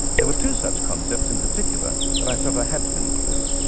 there were two such concepts in particular that i felt i had to include.